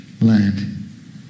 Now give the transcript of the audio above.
land